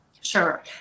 Sure